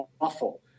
awful